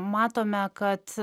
matome kad